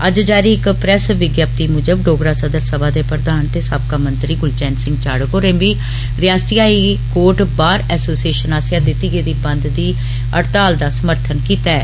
अज्ज जारी इक प्रैस वज्ञप्ति मूजब डोगरा सदर सभा दे प्रधान ते साबका मंत्री गुलचैन सिंह होरें बी रियासती हाई कोर्ट बार एसोसिएशन आस्सेआ दिती गेदी बंद दी हड़ताल दा समर्थन दिता ऐ